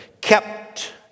Kept